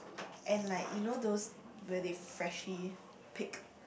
and like you know those where they freshly pick